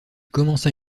commença